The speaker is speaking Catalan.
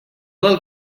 del